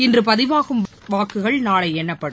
இன்று பதிவாகும் வாக்குகள் நாளை எண்ணப்படும்